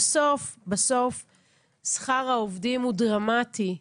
בסוף שכר העובדים הוא דרמטי.